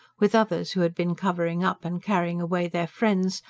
with others who had been covering up and carrying away their friends,